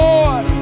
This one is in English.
Lord